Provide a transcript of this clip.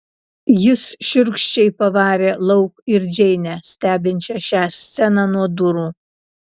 jis šiurkščiai pavarė lauk ir džeinę stebinčią šią sceną nuo durų